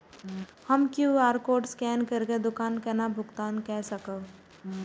हम QR code scan करके दुकान केना भुगतान काय सकब?